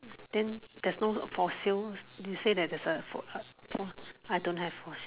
then there's no for sales you say that there's a for a for I don't have for